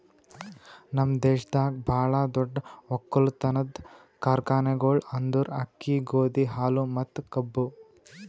ನಮ್ ದೇಶದಾಗ್ ಭಾಳ ದೊಡ್ಡ ಒಕ್ಕಲತನದ್ ಕಾರ್ಖಾನೆಗೊಳ್ ಅಂದುರ್ ಅಕ್ಕಿ, ಗೋದಿ, ಹಾಲು ಮತ್ತ ಕಬ್ಬು